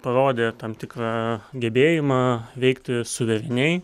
parodė tam tikrą gebėjimą veikti suvereniai